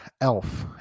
elf